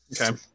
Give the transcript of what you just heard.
Okay